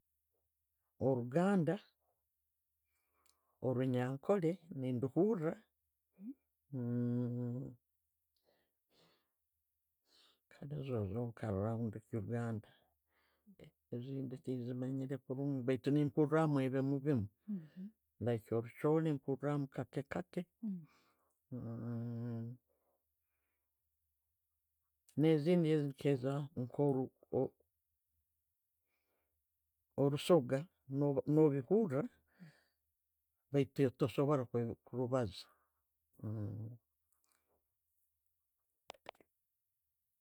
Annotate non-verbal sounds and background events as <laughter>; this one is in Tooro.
Oruganda, orunyankole nenduhuura <hesitation> niizo zonka, ezindi tinzimanyiire kurungi baitu ni mpuramu ebiimu nebiimu like orucholi nempuramu kaake kaake <hesitation> ne'zindi nka oru, orusoga, noruhura baitu tosobora kurubaaza. <hesitation>